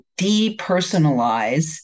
depersonalize